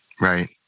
Right